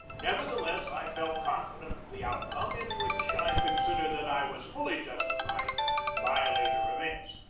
nevertheless, i felt con fident of the outcome, in which i consider that i was fully justified by later events.